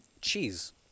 Cheese